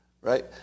Right